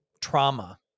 trauma